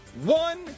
one